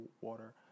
water